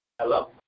Hello